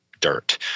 dirt